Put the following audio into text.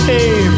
Hey